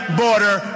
border